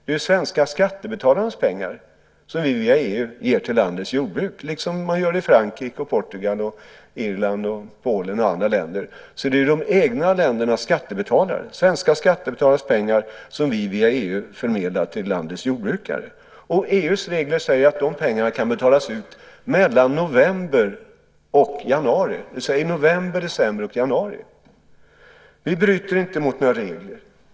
Det är svenska skattebetalarnas pengar som vi via EU ger till landets jordbruk, som man ger i Frankrike, Portugal, Irland, Polen och i andra länder. Det är de egna ländernas skattebetalares, i Sverige svenska skattebetalares, pengar som vi via EU förmedlar till landets jordbrukare. EU:s regler säger att de pengarna kan betalas ut mellan november och januari, det vill säga i november, december och januari. Vi bryter inte mot några regler.